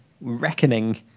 reckoning